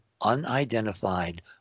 unidentified